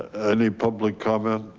any public comment?